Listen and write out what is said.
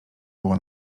było